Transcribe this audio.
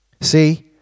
See